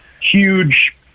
huge